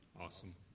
Awesome